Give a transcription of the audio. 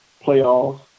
playoffs